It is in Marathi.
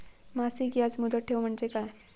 मासिक याज मुदत ठेव म्हणजे काय?